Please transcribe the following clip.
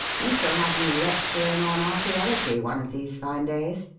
we shall have you lecturing on archaeology one of these fine days.